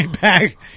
Back